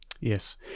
Yes